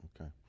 Okay